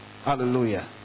Hallelujah